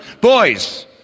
Boys